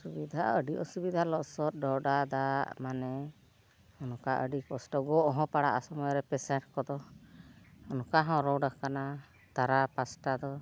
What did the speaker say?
ᱥᱩᱵᱤᱫᱷᱟ ᱟᱹᱰᱤ ᱚᱥᱩᱵᱤᱫᱷᱟ ᱞᱚᱥᱚᱫ ᱰᱷᱚᱸᱰᱟ ᱫᱟᱜ ᱢᱟᱱᱮ ᱚᱱᱠᱟ ᱟᱹᱰᱤ ᱠᱚᱥᱴᱚ ᱜᱚᱜ ᱦᱚᱸ ᱯᱟᱲᱟᱜᱼᱟ ᱥᱚᱢᱚᱭ ᱨᱮ ᱯᱮᱥᱮᱱᱴ ᱠᱚᱫᱚ ᱚᱱᱠᱟ ᱦᱚᱸ ᱨᱳᱰ ᱟᱠᱟᱱᱟ ᱛᱟᱨᱟ ᱯᱟᱥᱴᱟ ᱫᱚ